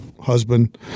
husband